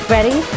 Ready